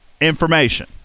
information